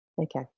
Okay